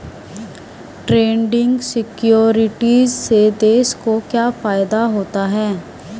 Trading securities से देश को क्या फायदा होता है?